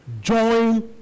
Join